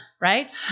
right